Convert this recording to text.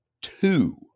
two